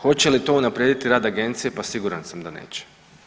Hoće li to unaprijediti rad agencije pa siguran sam da neće.